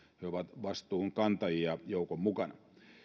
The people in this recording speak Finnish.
he ovat vastuunkantajia joukon mukana